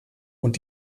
und